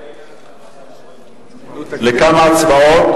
אבל יש מסגרות אחרות,